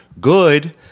good